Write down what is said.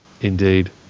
Indeed